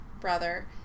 brother